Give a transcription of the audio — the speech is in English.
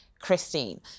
Christine